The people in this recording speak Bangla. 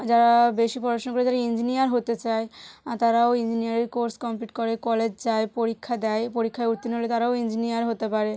যারা বেশি পড়াশুনো করে যারা ইঞ্জিনিয়ার হতে চায় তারাও ইঞ্জিনিয়ারিং কোর্স কমপ্লিট করে কলেজ যায় পরীক্ষা দেয় পরীক্ষায় উত্তীর্ণ হলে তারাও ইঞ্জিনিয়ার হতে পারে